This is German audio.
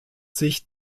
sich